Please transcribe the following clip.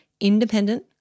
independent